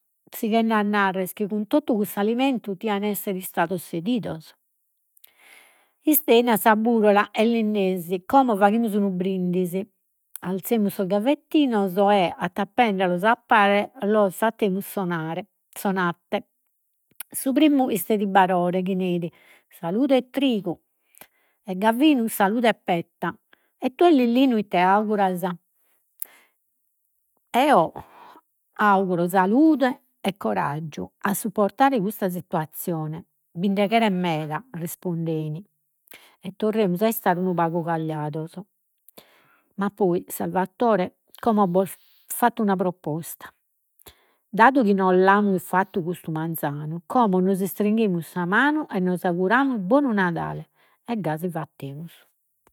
Sighende a narrere chi cun totu cuss'alimentu dian'essere istados sedidos. Istein a sa burula e lis nesi, como faghimus unu brindisi. Arzemus sos gavettinos e attappendelos a pare, los fattemus sonare. Su primmu isteit Barore chi neit, salude e trigu, e Gavinu salude e petta. E tue Lillinu ite auguras. auguro salude e coraggiu a supportare custa situazione. Binde cheret meda rispondein. E torremus a istare unu pagu. Ma poi Salvadore, como bos fatto una proposta: dadu chi no l'amus fattu custu manzanu, como nos istringhimus sa manu, e nos auguramus Bonu Nadale. E gasi fattemus.